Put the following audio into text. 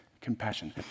compassion